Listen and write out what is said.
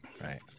right